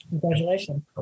congratulations